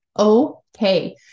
Okay